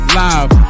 live